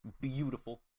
beautiful